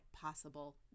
possible